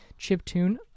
chiptune